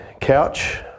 couch